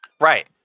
Right